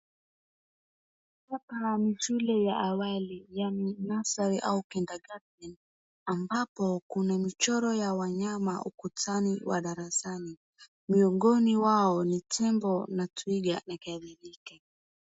Hapa ni shule ya awali yani nursery au kindergaten ambapo kuna michoro ya wanyama ukutani wa darasani miongoni wao ni tembo na twiga na kadhalika.